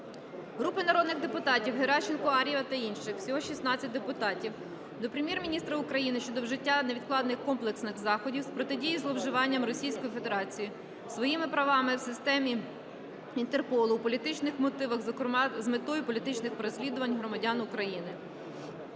Групи народних депутатів (Геращенко, Ар'єва та інших. Всього 16 депутатів) до Прем'єр-міністра України щодо вжиття невідкладних комплексних заходів з протидії зловживаннями Російською Федерацією своїми правами в системі Інтерполу у політичних мотивах, зокрема з метою політичних переслідувань громадян України.